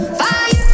fire